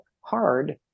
hard